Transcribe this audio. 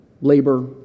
labor